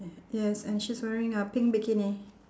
yes and she's wearing a pink bikini